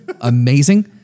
Amazing